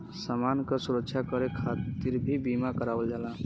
समान क सुरक्षा करे खातिर भी बीमा करावल जाला